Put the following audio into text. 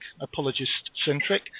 apologist-centric